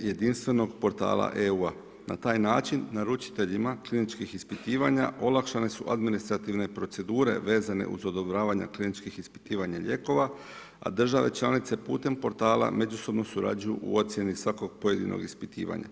jedinstvenog portala EU-a. na taj način naručiteljima kliničkih ispitivanja olakšane su administrativne procedure vezane uz odobravanja kliničkih ispitivanja lijekova, a države članice putem portala međusobno surađuju u ocjeni svakog pojedinog ispitivanja.